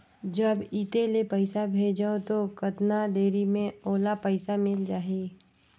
जब इत्ते ले पइसा भेजवं तो कतना देरी मे ओला पइसा मिल जाही?